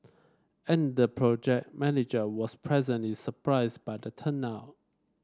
and the project manager was pleasantly surprised by the turnout